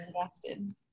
invested